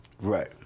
Right